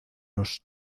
los